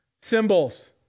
Symbols